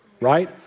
Right